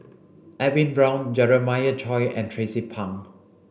Edwin Brown Jeremiah Choy and Tracie Pang